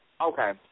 Okay